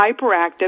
hyperactive